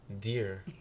Dear